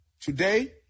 today